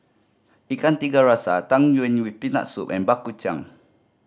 Ikan Tiga Rasa Tang Yuen with Peanut Soup and baku chang